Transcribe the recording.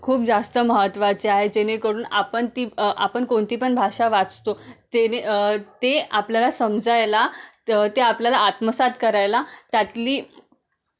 खूप जास्त महत्त्वाचे आहे जेणेकरून आपण ती अ आपन कोणती पण भाषा वाचतो त्याने ते आपल्याला समजायला त ते आपल्याला आत्मसात करायला त्यातली